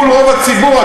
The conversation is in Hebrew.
מול רוב הציבור,